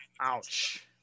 Ouch